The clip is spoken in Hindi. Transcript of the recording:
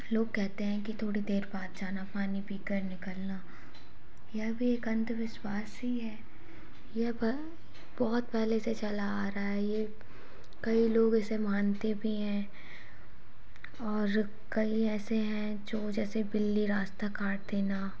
लोग कहते हैं कि थोड़ी देर बाद जाना पानी पीकर निकलना यह भी एक अंधविश्वास ही है ये ब बहुत पहले से चला आ रहा है ये कई लोग इसे मानते भी हैं और कई ऐसे हैं जो जैसे बिल्ली रास्ता काट देना